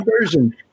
version